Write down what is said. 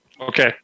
Okay